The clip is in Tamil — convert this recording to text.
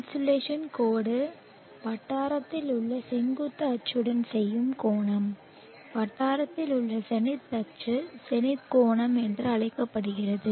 இன்சோலேஷன் கோடு வட்டாரத்தில் உள்ள செங்குத்து அச்சுடன் செய்யும் கோணம் வட்டாரத்தில் உள்ள ஜெனித் அச்சு ஜெனித் கோணம் என்று அழைக்கப்படுகிறது